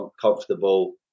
comfortable